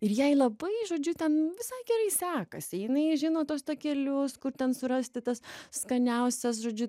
ir jai labai žodžiu ten visai gerai sekasi jinai žino tuos takelius kur ten surasti tas skaniausias žodžiu